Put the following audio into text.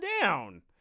down